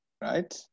Right